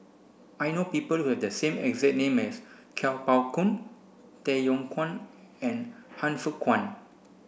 I know people who have the same exact name as Kuo Pao Kun Tay Yong Kwang and Han Fook Kwang